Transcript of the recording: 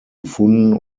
gefunden